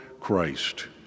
Christ